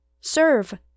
Serve